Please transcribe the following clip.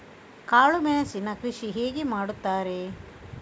ಕಾಳು ಮೆಣಸಿನ ಕೃಷಿ ಹೇಗೆ ಮಾಡುತ್ತಾರೆ?